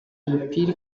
imipira